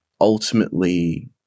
ultimately